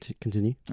Continue